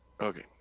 Okay